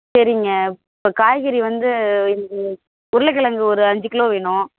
சரிங்க அப்புறம் காய்கறி வந்து இது உருளகிழங்கு ஒரு அஞ்சு கிலோ வேணும்